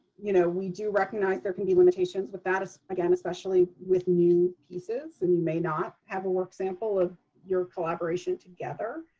you know we do recognize there can be limitations with that, again, especially with new pieces. and you may not have a work sample of your collaboration together.